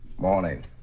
Morning